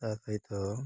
ତା ସହିତ